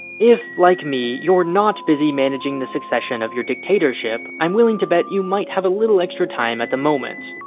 if, like me, you're not busy managing the succession of your dictatorship, i'm willing to bet you might have a little extra time at the moment.